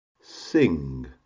sing